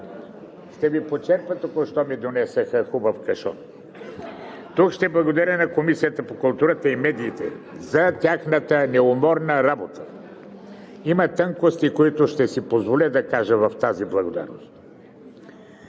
Ще Ви почерпя, току-що ми донесоха хубав кашон. (Смях.) Ще благодаря на Комисията по културата и медиите за тяхната неуморна работа. Има тънкости, които ще си позволя да кажа в тази благодарност.